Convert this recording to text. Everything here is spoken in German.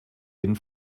jeden